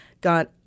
got